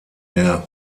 der